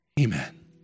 amen